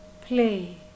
play